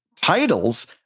titles